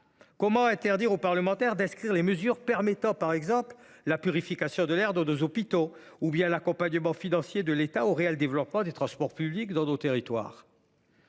Pourquoi interdire aux parlementaires de proposer des mesures permettant par exemple la purification de l’air dans nos hôpitaux ou le nécessaire accompagnement financier par l’État d’un réel développement des transports publics dans nos territoires ?